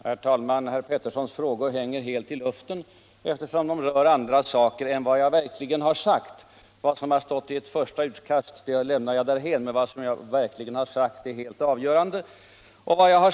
Herr talman! Herr Petersons i Nacka frågor hänger helt i luften, eftersom de anknyter till någonting helt annat än vad jag verkligen har sagt. Vad som kan ha stått i mitt första utkast till anförande lämnar jag därhän. Vad jag verkligen har sagt är helt avgörande.